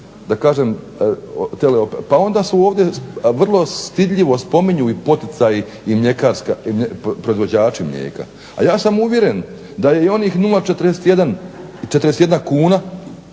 pa onda su ovdje vrlo stidljivo spominju poticaji i proizvođači mlijeka, a ja sam uvjeren da i onih 0,41 kuna